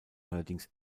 allerdings